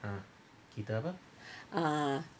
a'ah